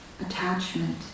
attachment